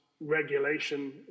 regulation